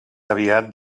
aviat